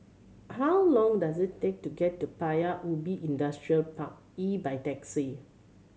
how long does it take to get to Paya Ubi Industrial Park E by taxi